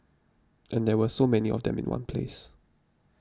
and there were so many of them in one place